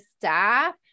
staff